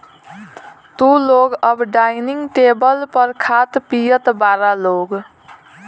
तू लोग अब डाइनिंग टेबल पर खात पियत बारा लोग